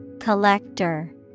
Collector